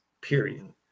period